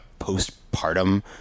postpartum